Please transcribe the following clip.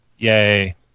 Yay